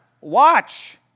Watch